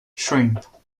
shrimp